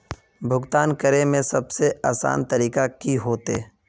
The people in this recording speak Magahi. भुगतान करे में सबसे आसान तरीका की होते?